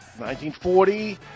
1940